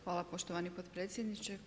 Hvala poštovani potpredsjedniče.